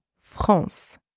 France